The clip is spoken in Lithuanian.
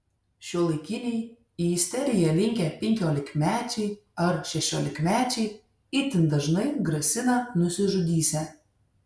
šiuolaikiniai į isteriją linkę penkiolikmečiai ar šešiolikmečiai itin dažnai grasina nusižudysią